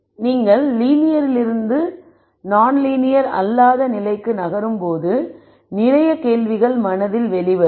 மற்றும் நீங்கள் லீனியரிலிருந்து முதல் நான் லீனியர் நிலைக்கு நகரும் போது நிறைய கேள்விகள் மனதில் வெளிவரும்